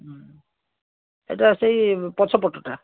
ଏଇଟା ସେଇ ପଛ ପଟଟା